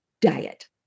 diet